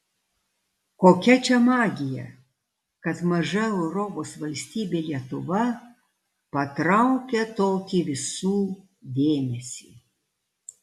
kokia čia magija kad maža europos valstybė lietuva patraukia tokį visų dėmesį